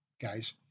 guys